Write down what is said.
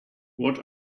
what